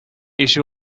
issue